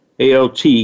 ALT